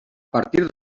partir